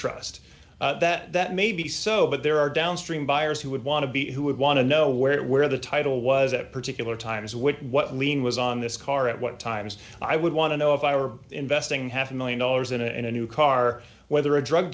trust that that may be so but there are downstream buyers who would want to be who would want to know where where the title was at particular times with what lien was on this car at what times i would want to know if i were investing half a one million dollars in a new car whether a drug